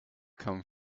come